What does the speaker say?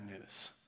news